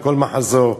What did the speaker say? בכל מחזור.